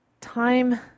time